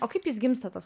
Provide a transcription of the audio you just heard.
o kaip jis gimsta tas